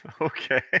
Okay